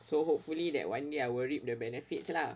so hopefully that one day I will reap the benefits lah